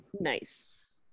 nice